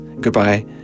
goodbye